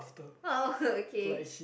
oh oh okay